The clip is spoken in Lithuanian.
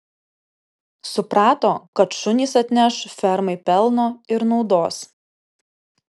suprato kad šunys atneš fermai pelno ir naudos